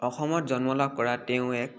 অসমত জন্ম লাভ কৰা তেওঁ এক